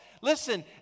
listen